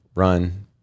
run